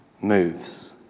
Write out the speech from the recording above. moves